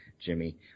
Jimmy